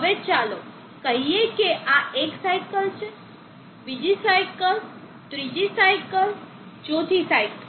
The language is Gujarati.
હવે ચાલો કહીએ કે આ એક સાઇકલ છે બીજી સાઇકલ ત્રીજી સાઇકલ ચોથી સાઇકલ